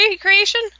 Creation